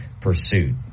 pursuit